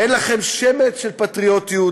אין לכם שמץ של פטריוטיות.